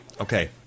Okay